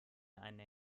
eine